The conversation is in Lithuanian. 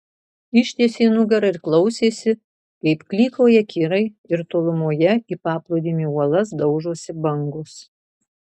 ištiesė nugarą ir klausėsi kaip klykauja kirai ir tolumoje į paplūdimio uolas daužosi bangos